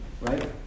right